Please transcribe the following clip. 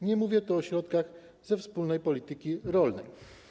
Nie mówię tu o środkach ze wspólnej polityki rolnej.